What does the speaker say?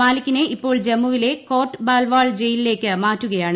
മാലിക്കിനെ ഇപ്പോൾ ജമ്മുവിലെ കോർട്ട് ബാൽവാൾ ജയിലിലേക്ക് മാറ്റുകയാണ്